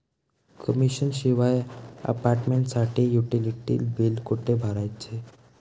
Commission शिवाय अपार्टमेंटसाठी utility बिले कुठे भरायची?